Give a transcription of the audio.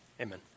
amen